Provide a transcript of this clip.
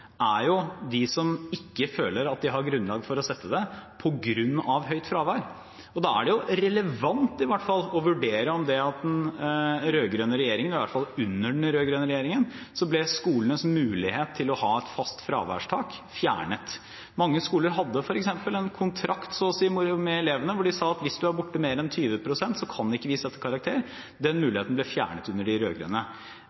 som føler at de ikke har grunnlag for å sette karakter på grunn av høyt fravær hos elevene. Da er det jo relevant, i hvert fall, å vurdere det faktum at under den rød-grønne regjeringen ble skolenes mulighet til å ha et fast fraværstak fjernet. Mange skoler hadde f.eks. en kontrakt, så å si, med elevene, hvor man sa at hvis eleven er borte mer enn 20 pst., kan det ikke settes karakter. Den